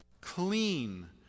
clean